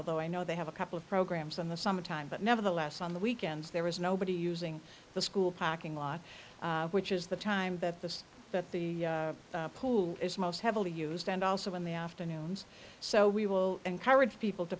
although i know they have a couple of programs on the summertime but nevertheless on the weekends there is nobody using the school parking lot which is the time that the that the pool is most heavily used and also in the afternoons so we will encourage people to